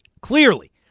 clearly